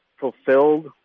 fulfilled